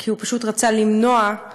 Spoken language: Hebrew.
כי הוא פשוט רצה למנוע את